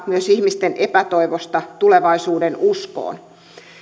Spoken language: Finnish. myös ihmisten epätoivosta tulevaisuudenuskoon